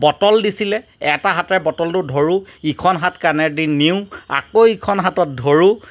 bottle দিছিল এটা হাতেৰে বটলটো ধৰোঁ ইখন হাত কাণেদি নিওঁ আকৌ ইখন হাতত ধৰোঁ